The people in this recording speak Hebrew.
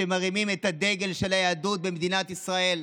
שמרימים את הדגל של היהדות במדינת ישראל,